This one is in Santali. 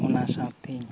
ᱚᱱᱟ ᱥᱟᱶᱛᱤᱧ